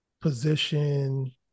position